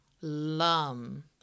Lum